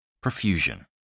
Profusion